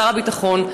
לשר הביטחון.